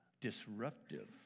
disruptive